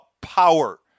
power